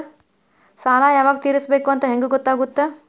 ಸಾಲ ಯಾವಾಗ ತೇರಿಸಬೇಕು ಅಂತ ಹೆಂಗ್ ಗೊತ್ತಾಗುತ್ತಾ?